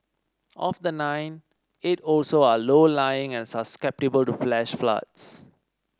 of the nine eight also are low lying and susceptible to flash floods